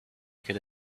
could